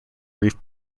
reef